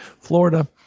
Florida